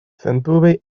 sendube